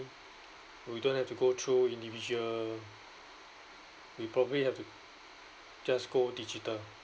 we don't have to go through individual we probably have to just go digital